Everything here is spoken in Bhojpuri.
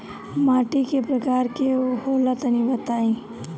माटी कै प्रकार के होला तनि बताई?